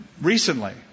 recently